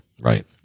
Right